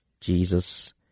Jesus